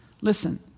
Listen